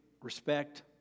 respect